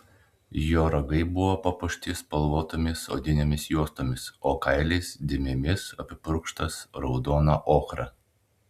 jo ragai buvo papuošti spalvotomis odinėmis juostomis o kailis dėmėmis apipurkštas raudona ochra